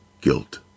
guilt